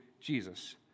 Jesus